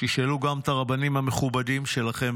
תשאלו גם את הרבנים המכובדים שלכם,